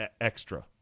extra